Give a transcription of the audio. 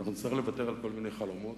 ואנחנו נצטרך לוותר על כל מיני חלומות.